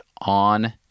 on